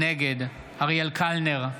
נגד אריאל קלנר,